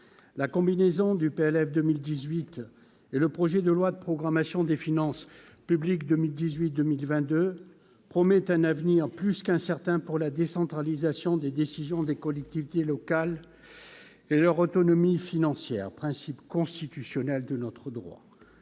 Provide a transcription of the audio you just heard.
la combinaison du PLF 2018 et le projet de loi de programmation des finances publiques 2018, 2022 promettent un avenir plus qu'incertain pour la décentralisation des décisions des collectivités locales et leur autonomie financière, principe constitutionnel de notre droit,